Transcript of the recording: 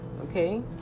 Okay